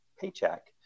paycheck